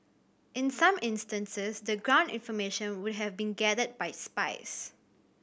in some instances the ground information would have been gathered by spies